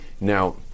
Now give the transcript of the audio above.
Now